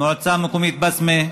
מועצה מקומית בסמ"ה,